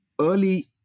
early